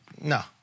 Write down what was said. No